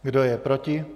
Kdo je proti?